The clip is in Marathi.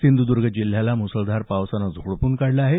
सिंधुदुर्ग जिल्ह्याला मुसळधार पावसानं झोडपून काढलं आहे